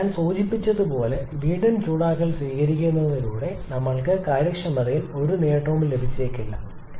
എന്നാൽ ഞാൻ സൂചിപ്പിച്ചതുപോലെ വീണ്ടും ചൂടാക്കൽ സ്വീകരിക്കുന്നതിലൂടെ ഞങ്ങൾക്ക് കാര്യക്ഷമതയിൽ ഒരു നേട്ടവും ലഭിച്ചേക്കില്ല